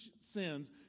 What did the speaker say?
sins